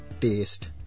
taste